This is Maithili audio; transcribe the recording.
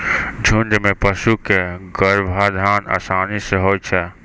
झुंड म पशु क गर्भाधान आसानी सें होय छै